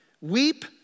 Weep